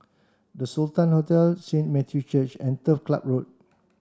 The Sultan Hotel Saint Matthew's Church and Turf Ciub Road